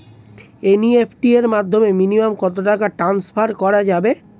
NEFT এর মাধ্যমে minimum কত টাকা টান্সফার করা যাবে?